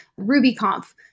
RubyConf